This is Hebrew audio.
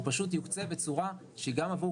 הוא פשוט יוקצה בצורה שהיא גם עבור